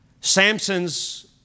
Samson's